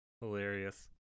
Hilarious